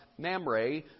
Mamre